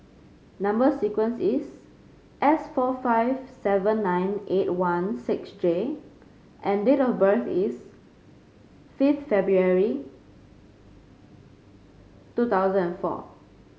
number sequence is S four five seven nine eight one six J and date of birth is fifth February two thousand and four